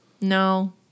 No